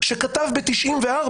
שכתב ב-1994,